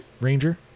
Ranger